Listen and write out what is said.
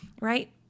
Right